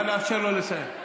נא לאפשר לו לסיים.